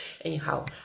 anyhow